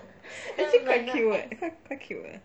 actually quite cute quite cute leh